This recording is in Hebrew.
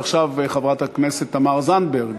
עכשיו חברת הכנסת תמר זנדברג.